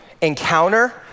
encounter